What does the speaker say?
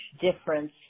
difference